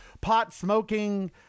pot-smoking